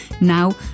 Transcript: now